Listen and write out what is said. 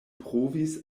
provis